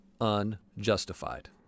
unjustified